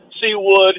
Seawood